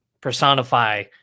Personify